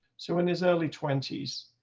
so in his early twenty s,